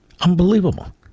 unbelievable